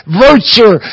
virtue